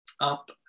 up